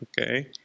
Okay